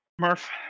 Murph